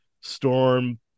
Storm